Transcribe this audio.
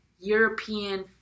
European